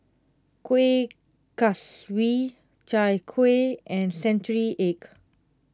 Kueh Kaswi Chai Kueh and Century Egg